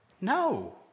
No